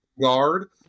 guard